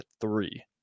three